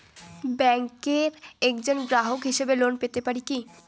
ব্যাংকের একজন গ্রাহক হিসাবে লোন পেতে পারি কি?